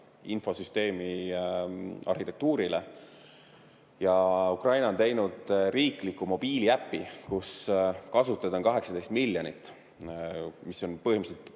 infosüsteemi arhitektuurile ja Ukraina on teinud riikliku mobiiliäpi, mille kasutajad on 18 miljonit. See on põhimõtteliselt